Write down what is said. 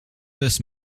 this